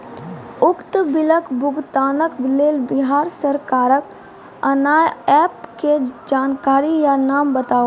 उक्त बिलक भुगतानक लेल बिहार सरकारक आअन्य एप के जानकारी या नाम बताऊ?